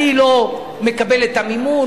אני לא מקבל את המימון.